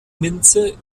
minze